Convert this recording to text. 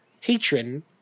patron